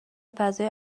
فضای